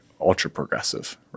ultra-progressive